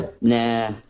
Nah